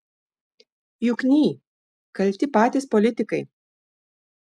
jukny kalti patys politikai